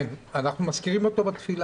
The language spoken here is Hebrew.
כן, אנחנו מזכירים אותו בתפילה.